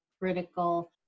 critical